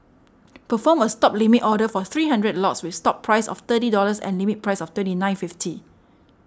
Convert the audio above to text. perform a stop Limit Order for three hundred lots with stop price of thirty dollars and limit price of thirty nine fifty